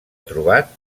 trobat